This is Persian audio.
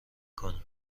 کنه